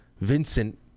Vincent